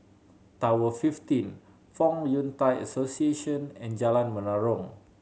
Tower fifteen Fong Yun Thai Association and Jalan Menarong